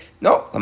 no